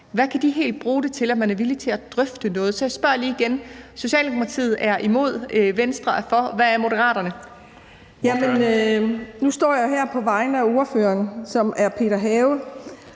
Hvad kan de helt konkret bruge det til, at man er villig til at drøfte noget? Så jeg spørger lige igen. Socialdemokratiet er imod. Venstre er for. Hvad er Moderaterne? Kl. 17:43 Den fg. formand (Bjarne